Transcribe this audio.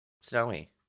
snowy